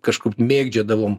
kažkur mėgdžiodavom